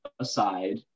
aside